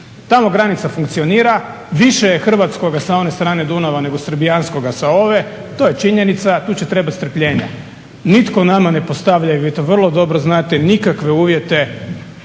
Tamo granica funkcionira, više je hrvatskoga sa one strane Dunava nego srbijanskoga sa ove. To je činjenica, ali tu će trebati strpljenja. Nitko nama ne postavlja i vi to vrlo dobro znate nikakve uvjete